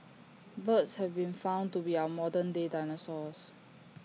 birds have been found to be our modern day dinosaurs